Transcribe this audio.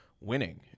winning